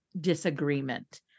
disagreement